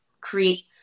create